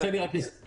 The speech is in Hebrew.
תן לי רק לסיים.